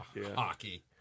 Hockey